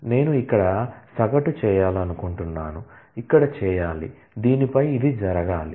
నేను ఇక్కడ సగటు చేయాలనుకుంటున్నాను ఇక్కడ చేయాలి దీనిపై ఇది జరగాలి